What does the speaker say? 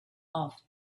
off